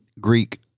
greek